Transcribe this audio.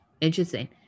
Interesting